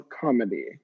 comedy